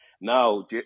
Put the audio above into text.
now